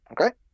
Okay